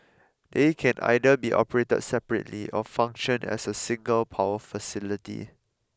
they can either be operated separately or function as a single power facility